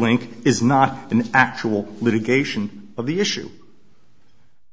link is not an actual litigation of the issue